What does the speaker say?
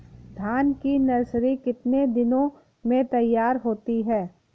धान की नर्सरी कितने दिनों में तैयार होती है?